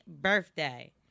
birthday